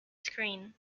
screen